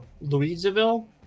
louisville